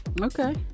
Okay